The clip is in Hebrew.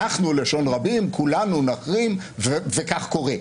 אנחנו, לשון הרבים, כולנו נחרים, וכך קורה.